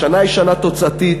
השנה היא שנה תוצאתית,